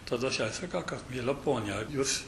tada aš jai sakau kad miela ponia jūs